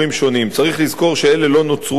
צריך לזכור שאלה לא נוצרו אתמול.